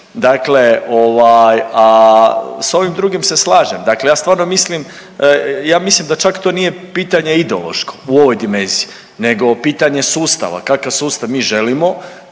Dakle, a s ovim drugim se slažem, dakle ja stvarno mislim ja mislim da čak to nije pitanje ideološko u ovoj dimenziji nego pitanje sustav, kakav sustav mi želimo